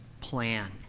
plan